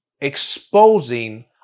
exposing